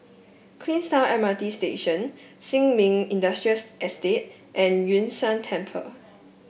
Queenstown M R T Station Sin Ming Estate and Yun Shan Temple